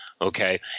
Okay